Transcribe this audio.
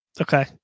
Okay